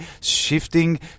shifting